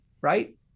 right